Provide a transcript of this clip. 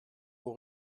aux